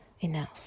enough